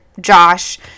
josh